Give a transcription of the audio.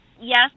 yes